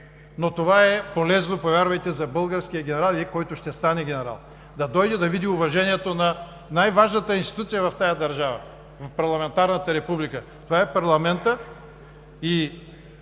Но това е полезно, повярвайте, за българския генерал и който ще стане генерал, да дойде, да види уважението на най-важната институция в тази държава, в парламентарната република. Това е парламентът и